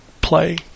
play